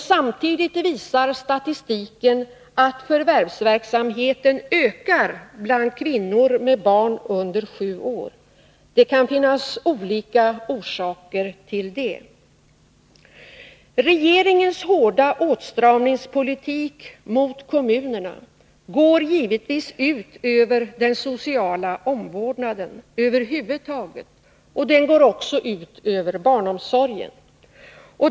Samtidigt visar statistiken att förvärvsverksamheten ökar bland kvinnor med barn under sju år. Det kan finnas olika orsaker till det. Regeringens hårda åtstramningspolitik mot kommunerna går givetvis ut över den sociala omvårdnaden över huvud taget, och den går också ut över barnomsorgen.